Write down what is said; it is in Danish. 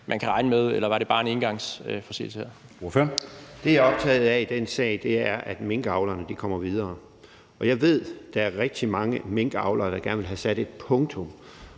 Ordføreren. Kl. 11:06 Henrik Frandsen (M): Det, jeg er optaget af i den sag, er, at minkavlerne kommer videre, og jeg ved, der er rigtig mange minkavlere, der gerne vil have sat et punktum.